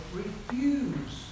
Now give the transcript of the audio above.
refuse